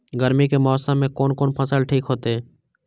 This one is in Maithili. गर्मी के मौसम में कोन कोन फसल ठीक होते?